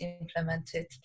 implemented